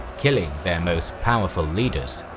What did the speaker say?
killing their most powerful leaders.